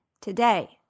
today